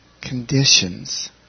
conditions